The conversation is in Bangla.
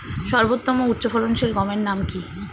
সর্বোত্তম ও উচ্চ ফলনশীল গমের নাম কি?